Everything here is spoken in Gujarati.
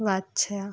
વાત છે આ